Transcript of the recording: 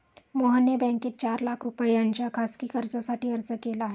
मोहनने बँकेत चार लाख रुपयांच्या खासगी कर्जासाठी अर्ज केला आहे